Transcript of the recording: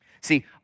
See